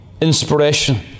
inspiration